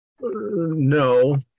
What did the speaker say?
No